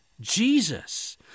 Jesus